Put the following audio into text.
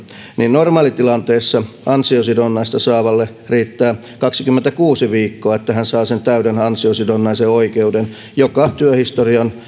normaalitilanteessa ansiosidonnaista saavalle riittää kaksikymmentäkuusi viikkoa että hän saa sen täyden ansiosidonnaisen oikeuden joka työhistorian